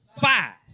five